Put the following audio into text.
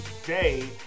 today